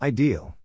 Ideal